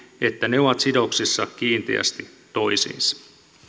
että ne ovat sidoksissa kiinteästi toisiinsa